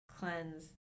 Cleanse